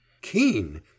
Keen